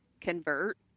convert